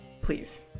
please